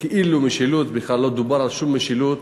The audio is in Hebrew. כאילו משילות, בכלל לא דובר על שום משילות,